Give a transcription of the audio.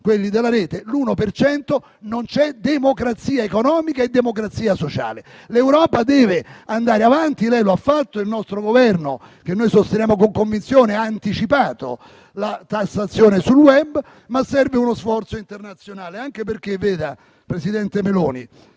cento di tasse, non c'è democrazia economica e democrazia sociale. L'Europa deve andare avanti. Lei lo ha fatto e il nostro Governo, che noi sosteniamo con convinzione, ha anticipato la tassazione sul *web*, ma serve uno sforzo internazionale, anche perché, signora presidente del